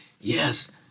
yes